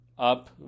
Up